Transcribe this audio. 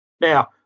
Now